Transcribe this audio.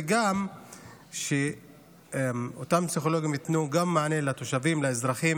וגם שאותם פסיכולוגים ייתנו מענה לתושבים ולאזרחים